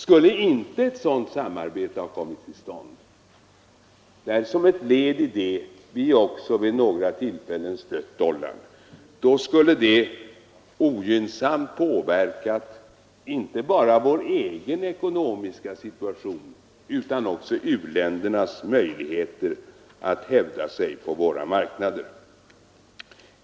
Skulle inte ett sådant samarbete ha kommit till stånd, där vi som ett led i detta vid några tillfällen stött dollarn, skulle detta ogynnsamt påverka inte bara vår egen ekonomiska situation utan också u-ländernas möjligheter att hävda sig på våra marknader.